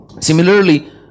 Similarly